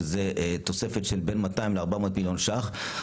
שזה תוספת של בין 200 ל-400 מיליון שקלים,